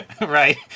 right